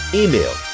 email